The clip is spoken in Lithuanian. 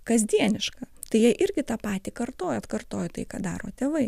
kasdieniška tai jie irgi tą patį kartoja atkartoja tai ką daro tėvai